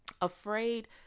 afraid